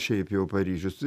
šiaip jau paryžius